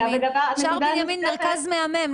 יש בשער בנימים מרכז מהמם,